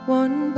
one